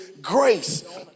grace